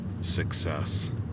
success